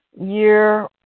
year